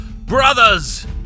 Brothers